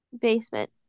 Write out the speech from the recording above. basement